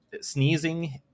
sneezing